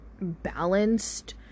balanced